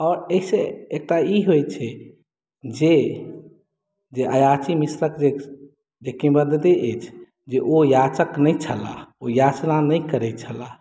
आओर एहिसँ एकटा ई होइत छै जे जे अयाची मिश्रक जे किंवदन्ति अछि जे ओ याचक नहि छलाह ओ याचना नहि करैत छलाह